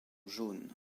jaunes